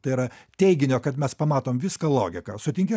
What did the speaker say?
tai yra teiginio kad mes pamatom viską logika sutinki